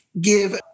give